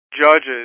judges